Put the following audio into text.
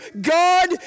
God